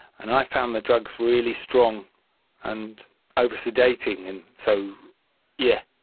and i found the drugs really strong and over-sedating, and so yeah